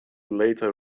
later